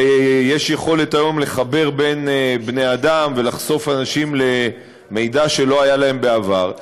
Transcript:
ויש היום יכולת לחבר בין בני-אדם ולחשוף אנשים למידע שלא היה להם בעבר,